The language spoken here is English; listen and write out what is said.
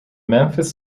memphis